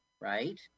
right